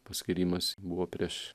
paskyrimas buvo prieš